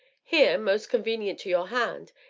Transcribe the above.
here, most convenient to your hand,